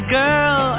girl